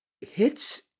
hits